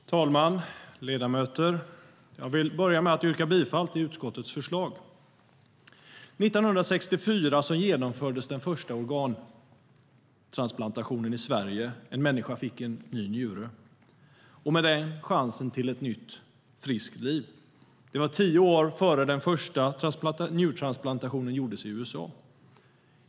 Herr talman! Ledamöter! Jag yrkar bifall till utskottets förslag. År 1964 genomfördes den första organtransplantationen i Sverige. En människa fick en ny njure, och med den chansen till ett nytt, friskt liv. Det var tio år efter det att den första njurtransplantationen gjordes i USA.